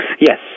Yes